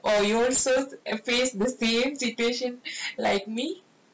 or you also have faced the same situation like me